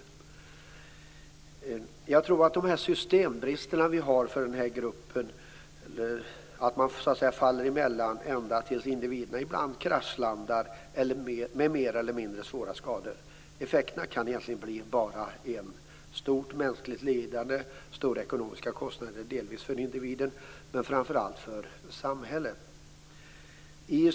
Jag tror att effekten av de systembrister som finns vad gäller denna grupp - att man faller emellan så att säga ända tills man, som ibland är fallet, kraschlandar, med mer eller mindre svåra skador som följd - egentligen bara kan bli en: ett stort mänskligt lidande förknippat med stora ekonomiska kostnader delvis för individen men framför allt för samhället.